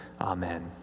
Amen